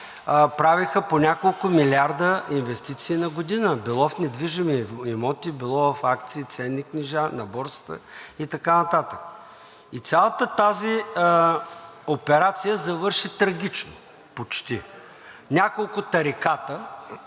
правиха по няколко милиарда инвестиции на година – било в недвижими имоти, било в акции, ценни книжа на борсата и така нататък. И цялата тази операция завърши трагично – почти. Няколко тариката